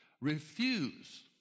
Refuse